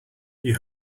you